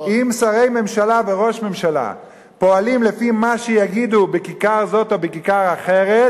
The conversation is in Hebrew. אם שרי ממשלה וראש ממשלה פועלים לפי מה שיגידו בכיכר זאת או בכיכר אחרת,